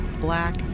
black